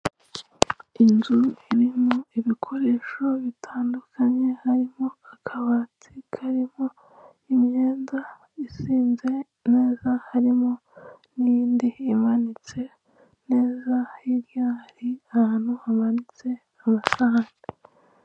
Inzu irimo ibikoresho bitandukanye harimo akabati karimo imyenda izinze neza, harimo n'indi imanitse neza, hirya hari ahantu hamanitse amasahani.